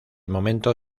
momento